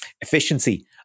efficiency